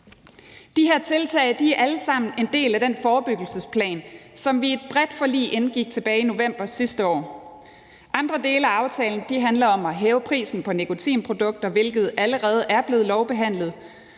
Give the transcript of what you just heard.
De her tiltag er alle sammen en del af den forebyggelsesplan, som vi i et bredt forlig indgik aftale om tilbage i november sidste år. Andre dele af aftalen handler om at hæve prisen på nikotinprodukter, hvilket allerede er blevet lovbehandlet,